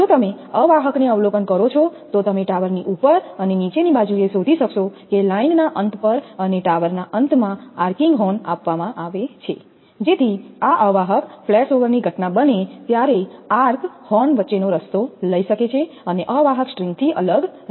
જો તમે અવાહક ને અવલોકન કરો છો તો તમે ટાવરની ઉપર અને નીચેની બાજુએ શોધી શકશો કે લાઇનના અંત પર અને ટાવરના અંતમાં આર્કિંગ હોર્ન આપવામાં આવે છે જેથી આ અવાહક ફ્લેશઓવર ની ઘટના બને ત્યારે આર્ક હોર્ન વચ્ચેનો રસ્તો લઈ શકે છે અને અવાહક સ્ટ્રિંગ થી અલગ રહેશે